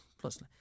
plus